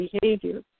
behavior